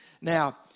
Now